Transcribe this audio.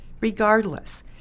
Regardless